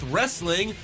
Wrestling